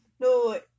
No